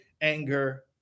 anger